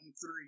three